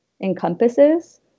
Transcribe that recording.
encompasses